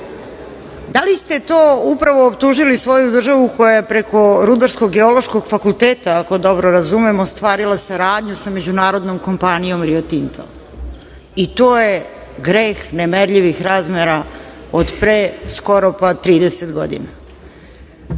da li ste to upravo optužili svoju državu koja je preko Rudarsko-geološkog fakulteta, ako dobro razumemo, ostvarila saradnju sa međunarodnom kompanijom „Rio Tinto“ i to je greh nemerljivih razmera od pre skoro pa 30 godina?